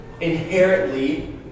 inherently